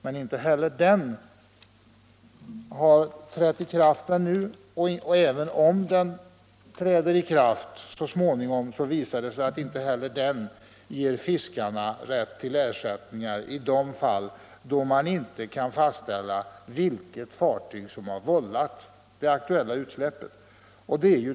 Men inte heller den konventionen har ännu trätt i kraft. Inte ens när den konventionen så småningom träder i kraft ger den fiskarna rätt till ersättning i de fall då man inte kan fastställa vilket fartyg som vållat den aktuella skadan.